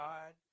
God